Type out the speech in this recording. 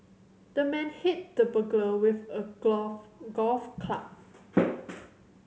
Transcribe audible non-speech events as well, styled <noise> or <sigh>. the man hit the burglar with a <unintelligible> golf club